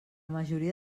majoria